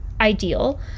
ideal